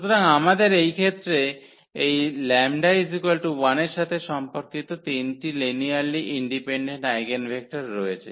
সুতরাং আমাদের এই ক্ষেত্রে এই λ1 এর সাথে সম্পর্কিত তিনটি লিনিয়ারলি ইন্ডিপেনডেন্ট আইগেনভেক্টর রয়েছে